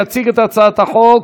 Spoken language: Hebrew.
יציג את הצעת החוק